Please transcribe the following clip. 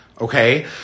Okay